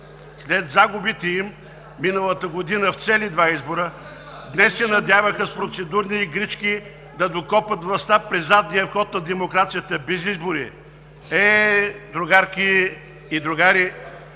След загубите им миналата година в цели два избора днес се надяваха с процедурни игрички да докопат властта през задния вход на демокрацията без избори. Еее, другарки и другари,